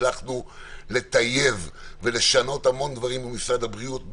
הצלחנו לטייב ולשנות המון דברים מול משרד הבריאות,